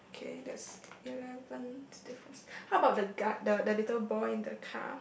okay that's eleven differences how about the guy the the little boy in the car